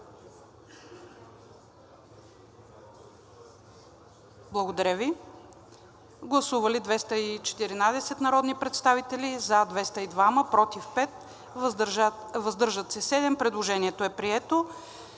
да стане § 1. Гласували 184 народни представители: за 182, против 1, въздържал се 1. Предложението е прието.